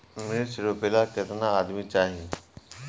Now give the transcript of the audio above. मिर्च रोपेला केतना आदमी चाही?